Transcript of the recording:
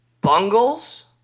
Bungles